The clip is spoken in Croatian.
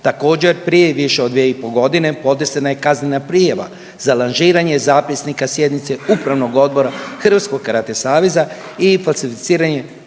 Također, prije više od 2,5 godine podnesena je kaznena prijava za lažiranje zapisnika sjednica Upravnog odbora Hrvatskog karate saveza i falsificiranje